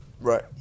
right